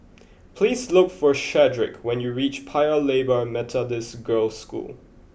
please look for Shedrick when you reach Paya Lebar Methodist Girls' School